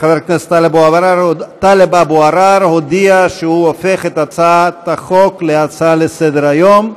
חבר הכנסת טלב אבו עראר הודיע שהוא הופך את הצעת החוק להצעה לסדר-היום.